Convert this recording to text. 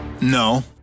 No